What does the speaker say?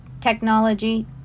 technology